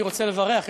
אני רוצה לברך,